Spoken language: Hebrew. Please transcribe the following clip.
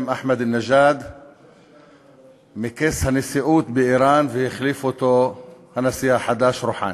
אחמדינג'אד מכס הנשיאות באיראן והחליף אותו הנשיא החדש רוחאני.